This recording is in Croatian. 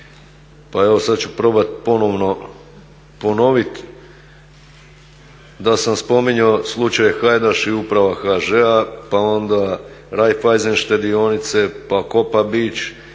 Pa evo sada ću probati ponovno ponoviti da sam spominjao slučaj Hajdaš i uprava HŽ-a, pa onda Raiffeisen štedionice, Kopa